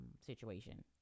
situation